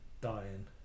dying